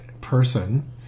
person